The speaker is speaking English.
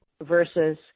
versus